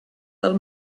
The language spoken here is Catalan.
del